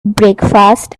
breakfast